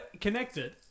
Connected